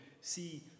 see